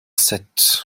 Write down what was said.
sept